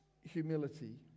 humility